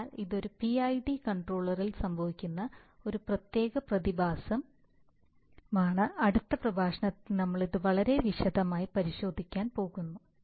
അതിനാൽ ഇത് പിഐഡി കൺട്രോളറുകളിൽ സംഭവിക്കുന്ന ഒരു പ്രത്യേക പ്രതിഭാസമാണ് അടുത്ത പ്രഭാഷണത്തിൽ നമ്മൾ ഇത് വളരെ വിശദമായി പരിശോധിക്കാൻ പോകുന്നു